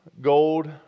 gold